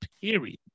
period